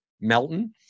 Melton